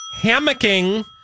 hammocking